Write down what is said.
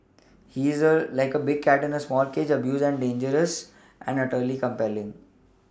he's like a big cat in a small cage abused and dangerous and utterly compelling